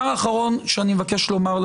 -- אחרים שמותר להם